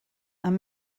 amb